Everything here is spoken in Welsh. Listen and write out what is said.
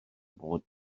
bod